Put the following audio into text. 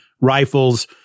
rifles